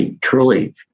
truly